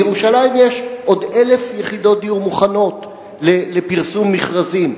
בירושלים יש עוד 1,000 יחידות דיור מוכנות לפרסום מכרזים,